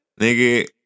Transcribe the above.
Nigga